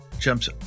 jumps